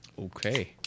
Okay